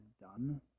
done